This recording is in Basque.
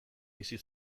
bizi